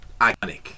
iconic